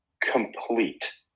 complete